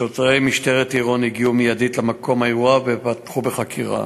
שוטרי משטרת עירון הגיעו מייד למקום האירוע ופתחו בחקירה.